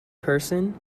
person